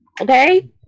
okay